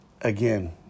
Again